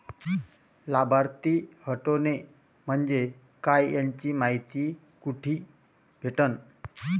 लाभार्थी हटोने म्हंजे काय याची मायती कुठी भेटन?